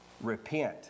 Repent